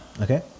Okay